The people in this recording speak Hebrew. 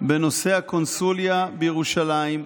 בנושא הקונסוליה בירושלים,